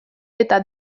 eta